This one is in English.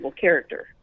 character